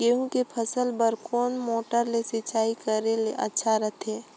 गहूं के फसल बार कोन मोटर ले सिंचाई करे ले अच्छा रथे?